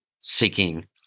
seeking